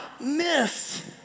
miss